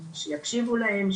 שיקשיבו להם,